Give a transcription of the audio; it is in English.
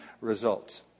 results